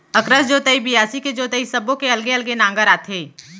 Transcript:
अकरस जोतई, बियासी के जोतई सब्बो के अलगे अलगे नांगर आथे